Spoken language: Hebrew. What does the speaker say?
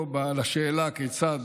פה באה השאלה כיצד